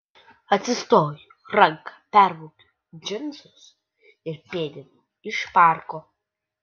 atsistoju ranka perbraukiu džinsus ir pėdinu iš parko